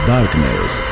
Darkness